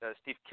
Steve